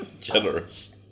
generous